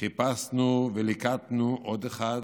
חיפשנו וליקטנו עוד אחד